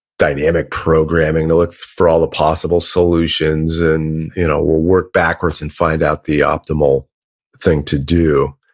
dynamic programming to look for all the possible solutions and you know we'll work backwards and find out the optimal thing to do.